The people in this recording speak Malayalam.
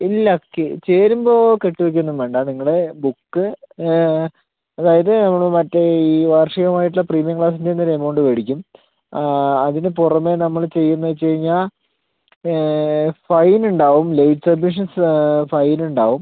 ഇല്ല ചേരുമ്പം കെട്ടി വയ്ക്കുക ഒന്നും വേണ്ട നിങ്ങള് ബുക്ക് അതായത് നമ്മള് മറ്റെ ഈ വാർഷികമായിട്ടുള്ള പ്രീമിയം ക്ലാസ്സിൽ നിന്ന് ഒര് എമൗണ്ട് മേടിക്കും അതിന് പുറമെ നമ്മള് ചെയ്യുന്നതെന്ന് വെച്ച് കഴിഞ്ഞാൽ ഫൈൻ ഉണ്ടാവും ലേറ്റ് അഡ്മിഷൻസ് ഫൈൻ ഉണ്ടാവും